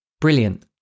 Brilliant